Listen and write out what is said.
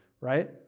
right